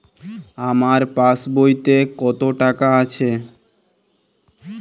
আমার পাসবইতে কত টাকা আছে?